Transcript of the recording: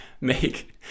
make